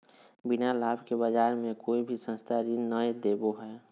बिना लाभ के बाज़ार मे कोई भी संस्था ऋण नय देबो हय